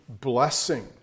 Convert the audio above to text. blessing